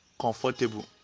comfortable